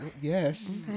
Yes